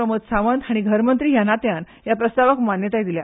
प्रमोद सावंत हांणी घर मंत्री हया नात्यान हया प्रस्तावाक मान्यताय दिल्या